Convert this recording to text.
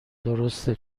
درسته